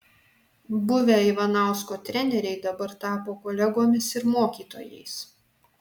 buvę ivanausko treneriai dabar tapo kolegomis ir mokytojais